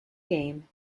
game